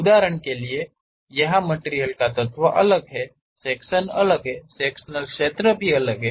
उदाहरण के लिए यहां मटिरियल का तत्व अलग है सेक्शनल अलग है सेक्शनल क्षेत्र अलग है